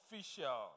official